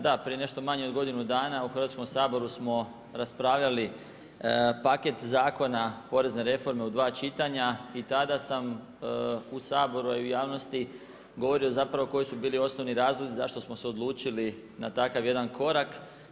Da, prije nešto manje od godine dana u Hrvatskom saboru smo raspravljali paket zakona porezne reforme u 2 čitanja i tada sam u Saboru a i javnosti, govorili zapravo koji su bili osnovni razlozi, zašto smo se odlučili na takav jedan korak.